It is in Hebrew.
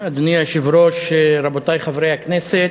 אדוני היושב-ראש, רבותי חברי הכנסת,